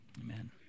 Amen